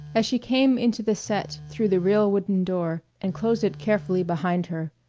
as she came into the set through the real wooden door and closed it carefully behind her,